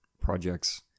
projects